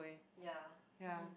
ya